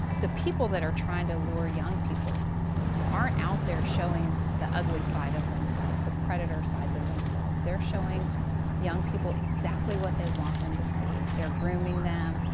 the people that are trying to lure young people aren't out there showing the ugly side of themselves, the predator sides of themselves. they're showing young people exactly what they want them to see. they're grooming them.